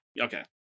Okay